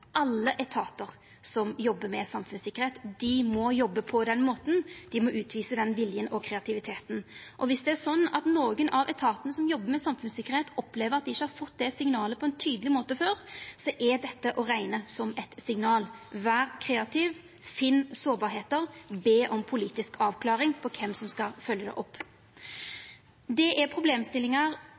alle etatar som jobbar med samfunnstryggleik. Dei må jobba på den måten, dei må utvisa den viljen og kreativiteten, og er det slik at nokon av etatane som jobbar med samfunnstryggleik, opplever at dei ikkje har fått det signalet på ein tydeleg måte før, så er dette å rekna som eit signal: Ver kreativ, finn sårbarheiter, be om politisk avklaring på kven som skal følgja det opp. Dette er